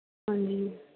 ਹਾਂਜੀ